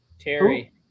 Terry